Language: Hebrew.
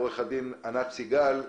עורכת הדיון איה גורצקי.